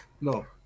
no